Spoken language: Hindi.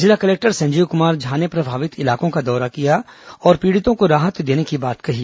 जिला कलेक्टर संजीव कुमार झा ने प्रभावित इलाकों का दौरा किया और पीड़ितों को राहत देने की बात कही